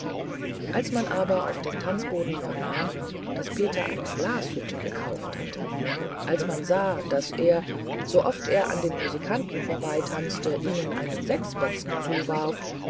als man aber auf dem tanzboden vernahm daß peter eine glashütte gekauft habe als man sah daß er sooft er an den musikanten vorbeitanzte ihnen einen sechsbätzner zuwarf